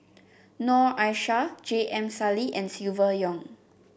Noor Aishah J M Sali and Silvia Yong